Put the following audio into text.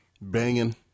banging